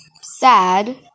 sad